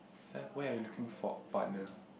why are you looking for partner